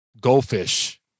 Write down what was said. goldfish